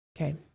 Okay